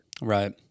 right